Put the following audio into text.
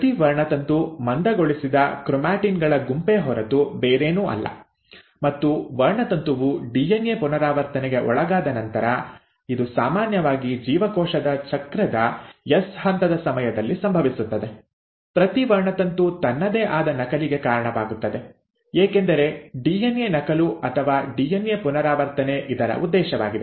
ಪ್ರತಿ ವರ್ಣತಂತು ಮಂದಗೊಳಿಸಿದ ಕ್ರೋಮ್ಯಾಟಿನ್ ಗಳ ಗುಂಪೇ ಹೊರತು ಬೇರೇನೂ ಅಲ್ಲ ಮತ್ತು ವರ್ಣತಂತುವು ಡಿಎನ್ಎ ಪುನರಾವರ್ತನೆಗೆ ಒಳಗಾದ ನಂತರ ಇದು ಸಾಮಾನ್ಯವಾಗಿ ಜೀವಕೋಶದ ಚಕ್ರದ ಎಸ್ ಹಂತದ ಸಮಯದಲ್ಲಿ ಸಂಭವಿಸುತ್ತದೆ ಪ್ರತಿ ವರ್ಣತಂತು ತನ್ನದೇ ಆದ ನಕಲಿಗೆ ಕಾರಣವಾಗುತ್ತದೆ ಏಕೆಂದರೆ ಡಿಎನ್ಎ ನಕಲು ಅಥವಾ ಡಿಎನ್ಎ ಪುನರಾವರ್ತನೆ ಇದರ ಉದ್ದೇಶವಾಗಿದೆ